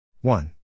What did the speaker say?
one